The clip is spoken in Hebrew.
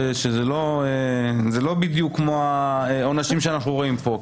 שזה לא בדיוק כמו העונשים שאנחנו רואים פה.